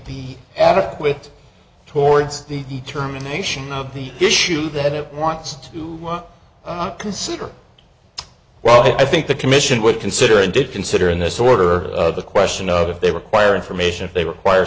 be adequate towards the determination of the issue that it wants to look consider well i think the commission would consider and to consider in this order the question of if they require information if they require